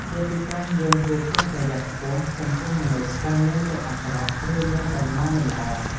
ជាពិសេសយើងគួរប្រុងប្រយ័ត្នខ្ពស់ចំពោះមនុស្សដែលមានចិត្តអាក្រក់ ឬមានបំណងមិនល្អ។